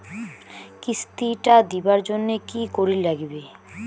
কিস্তি টা দিবার জন্যে কি করির লাগিবে?